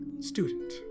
student